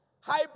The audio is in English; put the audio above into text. High